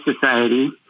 Society